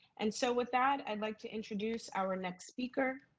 and so with that i'd like to introduce our next speaker.